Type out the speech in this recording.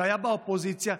שהיה באופוזיציה,